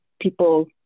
people